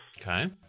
Okay